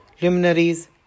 luminaries